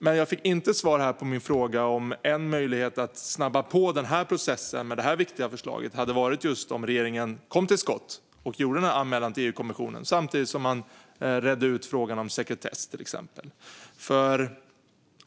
Men jag fick inte svar på min fråga om det hade varit en möjlighet att snabba på processen om regeringen kom till skott och gjorde en anmälan till EU-kommissionen samtidigt som man redde ut frågan om sekretess, till exempel.